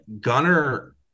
Gunner